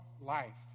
life